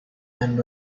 and